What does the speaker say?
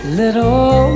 little